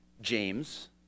James